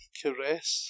caress